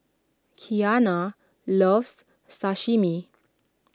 Kiana loves Sashimi